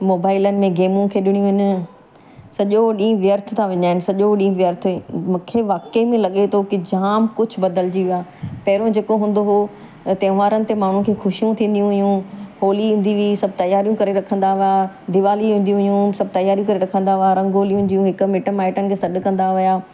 मोबाइलनि में गेमूं खेॾणियूं आहिनि सॼो ॾींहुं व्यर्थ था विञाइनि सॼो ॾींहुं व्यर्थ मूंखे वाकेई में लॻे थो की जाम कुझु बदिलिजी वियो आहे पहिरियों जेको हूंदो हुओ त त्योहारनि ते माण्हुनि खे ख़ुशियूं थींदी हुयूं होली ईंदी हुई सभु तयारियूं करे रखंदा हुआ दीवाली ईंदी हुयूं सभु तयारियूं करे रखंदा हुआ रंगोली हूंदियूं हिकु मिटु माइटनि खे सॾु कंदा हुया